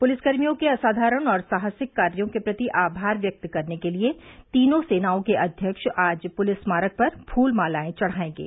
police कर्मियों के असाधारण और साहसिक कार्यों के प्रति आभार व्यक्त करने के लिए तीनों सेनाओं के अध्यक्ष आज पुलिस स्मारक पर फूल मालाएं चढाएंगे